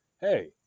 hey